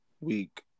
Week